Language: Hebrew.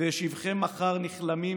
/ והשיבכם מחר נכלמים